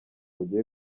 ugiye